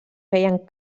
feien